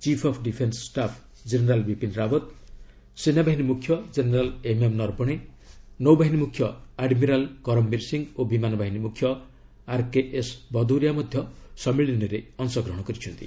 chief of defence staff general Bipin Rawat ସେନାବାହିନୀ ମୁଖ୍ୟ general MM Naravane ନୌବାହିନୀ ମୁଖ୍ୟ ଆଡ୍ମିରାଲ୍ କରମ୍ବୀର ସିଂହ ଓ ବିମାନ ବାହିନୀ ମୁଖ୍ୟ ଆର୍କେଏସ୍ ଭଦୌରିଆ ମଧ୍ୟ ସମ୍ମିଳନୀରେ ଅଂଶଗ୍ରହଣ କରିଛନ୍ତି